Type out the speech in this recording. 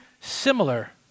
similar